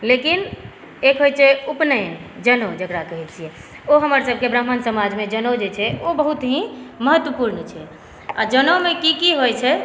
लेकिन एक होइ छै उपनयन जनउ जेकरा कहै छिऐ ओ हमर सभकेँ ब्राम्हण समाजमे जनउ जे छै ओ बहुत ही महत्वपुर्ण छै आओर जनउमे की की होइ छै